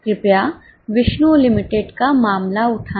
कृपया विष्णु लिमिटेड का मामला उठाए